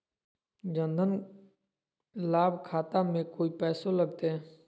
जन धन लाभ खाता में कोइ पैसों लगते?